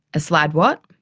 a slide what?